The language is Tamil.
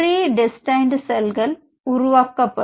ப்ரீ டெஸ்டைன்ட் செல்கள் உருவாக்கப்படும்